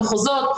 המחוזות,